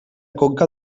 conca